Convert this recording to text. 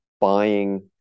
buying